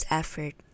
effort